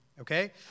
okay